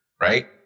right